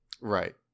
Right